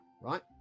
right